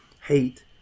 hate